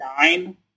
nine